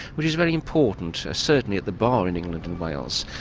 which is very important, certainly at the bar in england and wales.